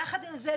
יחד עם זה,